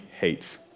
hates